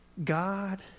God